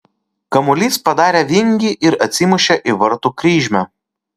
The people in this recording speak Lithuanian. kamuolys padarė vingį ir atsimušė į vartų kryžmę